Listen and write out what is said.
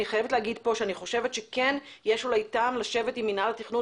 אני חייבת להגיד פה שאני חושבת שיש אולי טעם לשבת עם מינהל התכנון